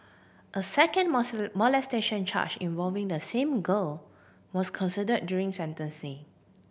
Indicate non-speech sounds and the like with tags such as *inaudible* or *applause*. a second *unintelligible* molestation charge involving the same girl was consider during sentencing